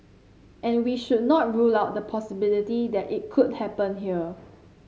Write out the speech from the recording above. and we should not rule out the possibility that it could happen here